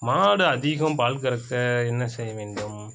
மாடு அதிகம் பால் கறக்க என்ன செய்ய வேண்டும்